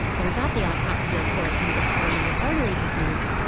when we got the autopsy report, and it was coronary artery disease,